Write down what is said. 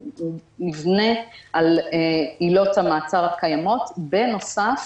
הוא נבנה על עילות המעצר הקיימות, בנוסף